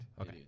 Okay